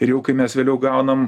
ir jau kai mes vėliau gaunam